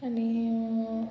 आनी